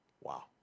wow